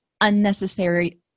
unnecessary